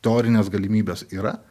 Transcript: teorinės galimybės yra